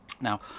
Now